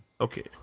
Okay